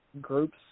groups